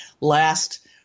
Last